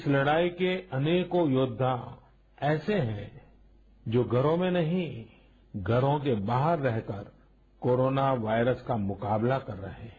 इस लड़ाई के अनेकों योद्वा ऐसे हैं जो घरों में नहीं घरों के बाहर रहकर कोरोना वायरस का मुकाबला कर रहे हैं